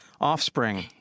offspring